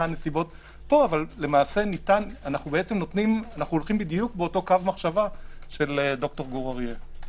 הנסיבות פה אבל אנו הולכים באותו קו מחשבה של ד"ר גור אריה.